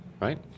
right